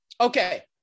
Okay